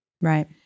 right